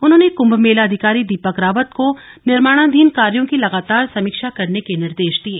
उन्होंने कृम्म मेला अधिकारी दीपक रावत को निर्माणाधीन कायों की लगातार समीक्षा करने के निर्देश दिये